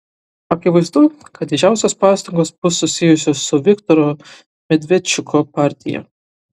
akivaizdu kad didžiausios pastangos bus susijusios su viktoro medvedčiuko partija